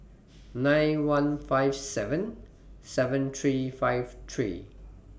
nine one five seven seven three five three